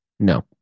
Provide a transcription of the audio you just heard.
No